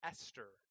Esther